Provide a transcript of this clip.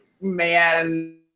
man